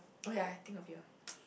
okay ah think of you ah